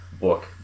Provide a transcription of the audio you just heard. book